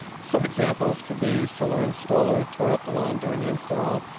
some examples could be solar installertor up the lawn during the install,